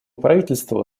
правительству